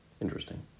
Interesting